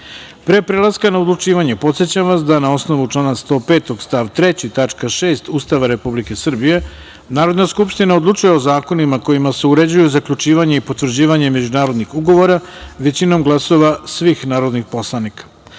BIHPre prelaska na odlučivanje, podsećam vas da, na osnovu člana 105. stav 3. tačka 6. Ustava Republike Srbije, Narodna skupština odlučuje o zakonima kojima se uređuje zaključivanje i potvrđivanje međunarodnih ugovora većinom glasova svih narodnih poslanika. Stavljam